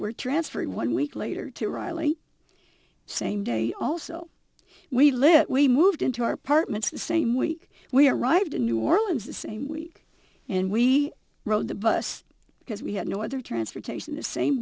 were transferred one week later to riley same day also we live we moved into our apartments the same week we arrived in new orleans the same week and we rode the bus because we had no other transportation the same